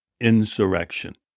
Insurrection